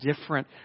different